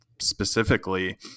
specifically